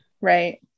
Right